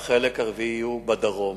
והחלק הרביעי הוא בדרום.